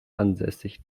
ansässig